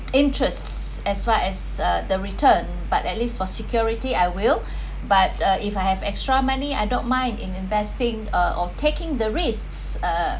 interests as far as uh the return but at least for security I will but uh if I have extra money I don't mind in investing uh or taking the risks uh